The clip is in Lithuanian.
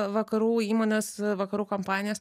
vakarų įmones vakarų kompanijas